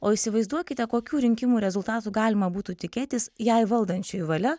o įsivaizduokite kokių rinkimų rezultatų galima būtų tikėtis jei valdančiųjų valia